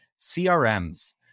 CRM's